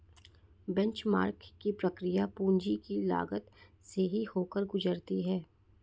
benchmark की प्रक्रिया पूंजी की लागत से ही होकर गुजरती है